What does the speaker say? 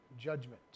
judgment